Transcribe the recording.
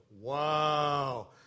Wow